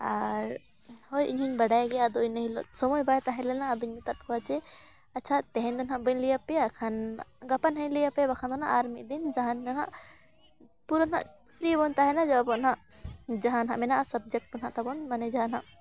ᱟᱨ ᱦᱳᱭ ᱤᱧ ᱦᱚᱸᱧ ᱵᱟᱰᱟᱭ ᱜᱮᱭᱟ ᱟᱫᱚ ᱤᱱᱟᱹ ᱦᱤᱞᱳᱜ ᱥᱚᱢᱚᱭ ᱵᱟᱭ ᱛᱟᱦᱮᱸ ᱞᱮᱱᱟ ᱟᱫᱚᱧ ᱢᱮᱛᱟᱫ ᱠᱚᱣᱟ ᱡᱮ ᱟᱪᱪᱷᱟ ᱛᱮᱦᱮᱧ ᱫᱚ ᱱᱟᱦᱟᱸᱜ ᱵᱟᱹᱧ ᱞᱟᱹᱭᱟᱯᱮᱭᱟ ᱠᱷᱟᱱ ᱜᱟᱯᱟ ᱱᱟᱦᱟᱸᱜ ᱤᱧ ᱞᱟᱹᱭᱟᱯᱮᱭᱟ ᱵᱟᱠᱷᱟᱱ ᱟᱨ ᱢᱤᱫ ᱫᱤᱱ ᱡᱟᱦᱟᱱ ᱫᱚ ᱦᱟᱸᱜ ᱯᱩᱨᱟᱹ ᱱᱟᱦᱟᱸᱜ ᱯᱷᱨᱤ ᱵᱚᱱ ᱛᱟᱦᱮᱱᱟ ᱡᱟ ᱟᱵᱚ ᱱᱟᱦᱟᱸᱜ ᱡᱟᱦᱟᱸ ᱱᱟᱦᱟᱸᱜ ᱢᱮᱱᱟᱜᱼᱟ ᱥᱟᱵᱽᱡᱮᱠᱴ ᱠᱚ ᱱᱟᱦᱟᱸᱜ ᱛᱟᱵᱚᱱ ᱢᱟᱱᱮ ᱡᱟᱦᱟᱸ ᱱᱟᱦᱟᱸᱜ